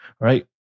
Right